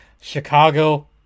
Chicago